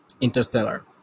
Interstellar